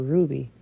Ruby